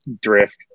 drift